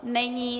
Není.